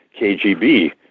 KGB